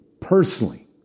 personally